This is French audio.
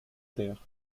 terre